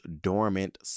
dormant